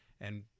And-